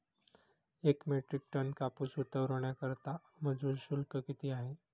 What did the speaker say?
एक metric ton कापूस उतरवण्याकरता मजूर शुल्क किती आहे?